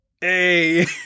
Hey